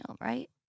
right